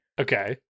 Okay